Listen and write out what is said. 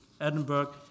Edinburgh